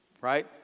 Right